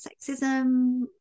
sexism